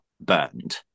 burned